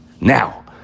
Now